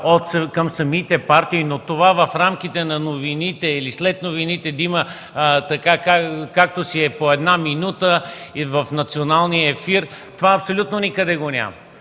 към самите партии, но в рамките на новите или след новите да има както си е по една минута и в националния ефир – това абсолютно никъде го няма.